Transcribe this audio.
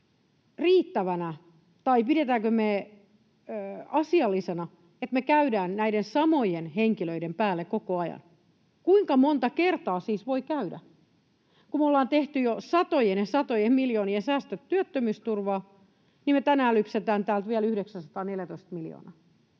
riittävänä tai pidetäänkö me asiallisena, että me käydään näiden samojen henkilöiden päälle koko ajan? Kuinka monta kertaa siis voi käydä? Kun me ollaan tehty jo satojen ja satojen miljoonien säästöt työttömyysturvaan, niin me tänään lypsetään täältä vielä 914 miljoonaa.